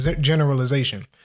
generalization